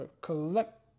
collect